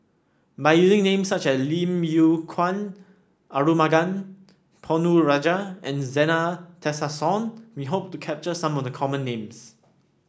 by using names such as Lim Yew Kuan Arumugam Ponnu Rajah and Zena Tessensohn we hope to capture some of the common names